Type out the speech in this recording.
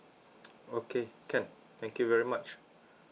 okay can thank you very much